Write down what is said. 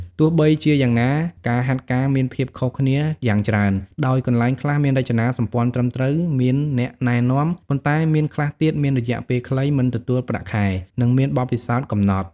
ទោះបីជាយ៉ាងណា ការហាត់ការមានភាពខុសគ្នាយ៉ាងច្រើន ដោយកន្លែងខ្លះមានរចនាសម្ព័ន្ធត្រឹមត្រូវ មានអ្នកណែនាំ ប៉ុន្តែមានខ្លះទៀតមានរយៈពេលខ្លី មិនទទួលប្រាក់ខែ និងមានបទពិសោធន៍កំណត់។